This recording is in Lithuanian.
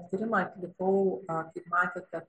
tyrimą atlikau kaip matėte